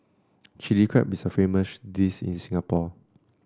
Chilli Crab is a famous dish in Singapore